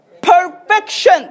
Perfection